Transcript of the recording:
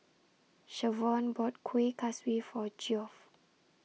Shavonne bought Kuih Kaswi For Geoff